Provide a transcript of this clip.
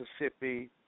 Mississippi